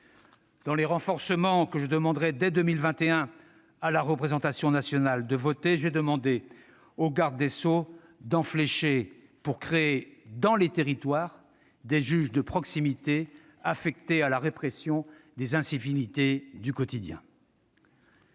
Parmi les renforcements que je demanderai de voter dès 2021 à la représentation nationale, j'ai prié le garde des sceaux d'en flécher certains, pour créer dans les territoires des juges de proximité affectés à la répression des incivilités du quotidien.